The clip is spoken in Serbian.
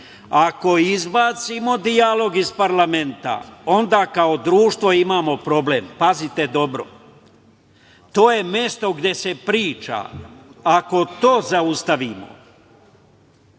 „Ako izbacimo dijalog iz parlamenta, onda kao društvo imamo problem. To je mesto gde se priča. Ako to zaustavimo